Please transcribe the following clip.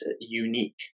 unique